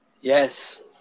Yes